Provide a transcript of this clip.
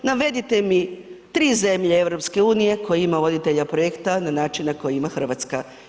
Navedite mi tri zemlje EU koje imaju voditelja projekta na način na koji ima Hrvatska.